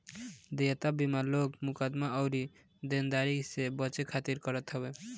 देयता बीमा लोग मुकदमा अउरी देनदारी से बचे खातिर करत हवे